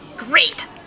Great